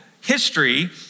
history